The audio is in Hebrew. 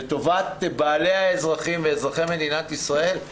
לטובת אזרחי מדינת ישראל.